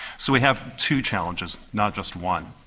so we have two challenges, not just one.